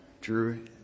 Drew